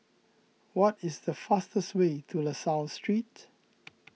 what is the fastest way to La Salle Street